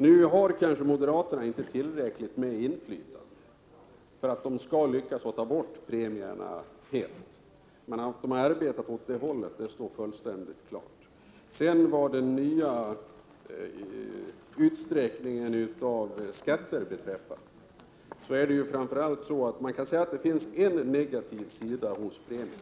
Nu har kanske moderaterna inte tillräckligt med inflytande för att de skall lyckas ta bort premieobligationerna helt, men att moderaterna arbetar åt det hållet står fullständigt klart. Vad beträffar utsträckningen av skatten kan man säga att det finns en negativ sida hos premieobligationerna,